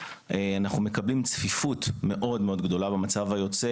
אנחנו מקבלים צפיפות במצב היוצא.